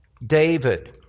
David